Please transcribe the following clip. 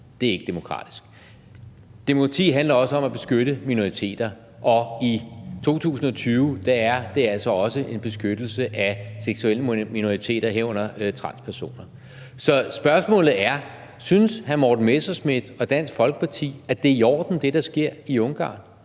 Det er ikke demokratisk. Demokrati handler også om at beskytte minoriteter, og i 2020 er det altså også en beskyttelse af seksuelle minoriteter, herunder transpersoner. Så spørgsmålet er: Synes hr. Morten Messerschmidt og Dansk Folkeparti, at det, der sker i Ungarn,